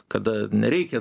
kada nereikia